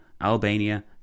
Albania